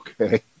Okay